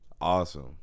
Awesome